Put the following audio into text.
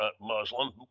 Muslim